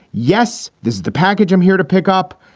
yes. this the package i'm here to pick up.